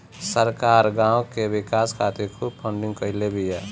सरकार गांव के विकास खातिर खूब फंडिंग कईले बिया